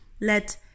let